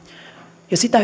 ja sitä